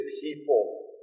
people